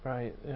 Right